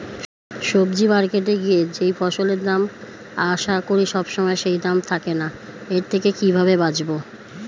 সবজি মার্কেটে গিয়ে যেই ফসলের দাম আশা করি সবসময় সেই দাম থাকে না এর থেকে কিভাবে বাঁচাবো?